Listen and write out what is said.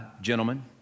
gentlemen